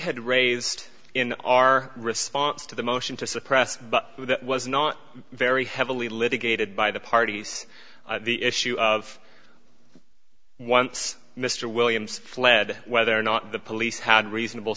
had raised in our response to the motion to suppress but that was not very heavily litigated by the parties the issue of once mr williams fled whether or not the police had reasonable